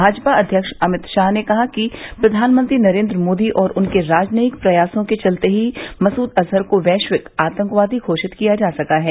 भाजपा अध्यक्ष अमित शाह ने कहा है कि प्रधानमंत्री नरेंद्र मोदी और उनके राजनयिक प्रयासों के चलते ही मसूद अजहर को वैश्विक आतंकवादी घोषित किया जा सका है